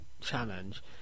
Challenge